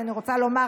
אז אני רוצה לומר,